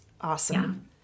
awesome